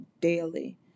daily